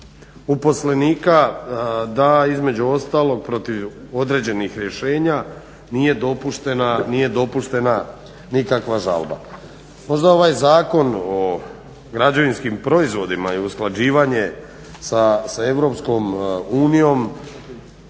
uposlenika da između ostalog protiv određenih rješenja nije dopuštena nikakva žalba. Možda ovaj Zakon o građevinskim proizvodima i usklađivanje sa EU može